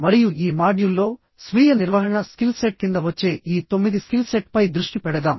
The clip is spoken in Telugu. మరియు ఈ మాడ్యూల్లో స్వీయ నిర్వహణ స్కిల్ సెట్ కింద వచ్చే ఈ తొమ్మిది స్కిల్ సెట్ పై దృష్టి పెడదాం